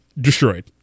Destroyed